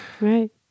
Right